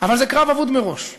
אבל זה קרב אבוד מראש מבחינתם.